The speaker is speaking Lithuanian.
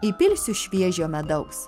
įpilsiu šviežio medaus